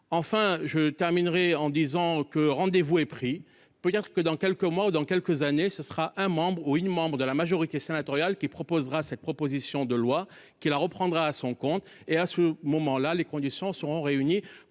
Enfin, je terminerai en disant que rendez-vous est pris pour dire que dans quelques mois ou dans quelques années, ce sera un membre ou une membre de la majorité sénatoriale qui proposera cette proposition de loi qui est la reprendra à son compte et à ce moment-là les conditions seront réunies